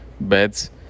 beds